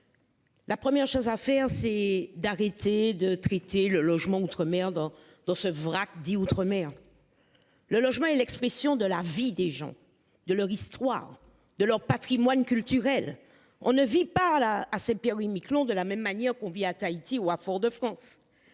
La première chose à faire c'est d'arrêter de traiter le logement outre-mer dans dans ce vrac dit outre-mer. Le logement est l'expression de la vie des gens, de leur histoire, de leur Patrimoine culturel, on ne vit pas la à. Miquelon. De la même manière qu'on vit à Tahiti ou à Fort-de-France.